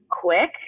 quick